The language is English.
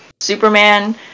Superman